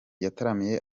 yataramiye